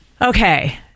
Okay